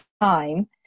time